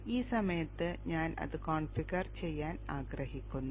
ഈ സമയത്ത് ഞാൻ അത് കോൺഫിഗർ ചെയ്യാൻ ആഗ്രഹിക്കുന്നു